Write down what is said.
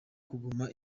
kuguma